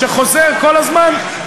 שחוזר כל הזמן,